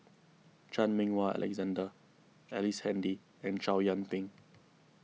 Chan Meng Wah Alexander Ellice Handy and Chow Yian Ping